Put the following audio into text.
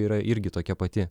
yra irgi tokia pati